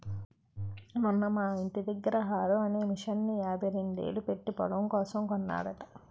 మొన్న మా యింటి దగ్గర హారో అనే మిసన్ని యాభైరెండేలు పెట్టీ పొలం కోసం కొన్నాడట